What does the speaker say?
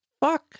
fuck